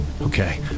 Okay